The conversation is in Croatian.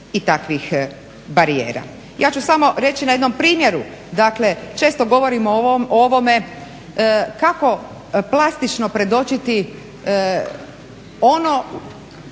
i takvih barijera. Ja ću samo reći na jednom primjeru dakle često govorimo o ovome kako plastično predočiti ono